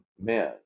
men